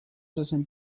zezen